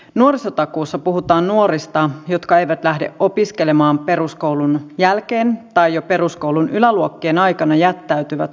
nuorisotakuussa puhutaan nuorista jotka eivät lähde opiskelemaan peruskoulun jälkeen tai jo peruskoulun yläluokkien aikana jättäytyvät koulutyöstä paitsi